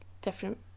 different